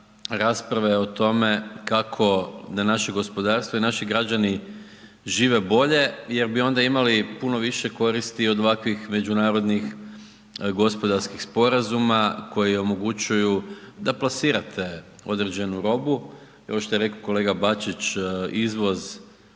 rasprave o tome kako da naše gospodarstvo i naši građani žive bolje jer bi onda imali puno više koristi od ovakvih međunarodnih gospodarskih sporazuma koji omogućuju da plasirate određenu robu i ovo što je rekao kolega Bačić, izvoz